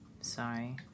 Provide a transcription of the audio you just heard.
Sorry